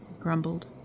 grumbled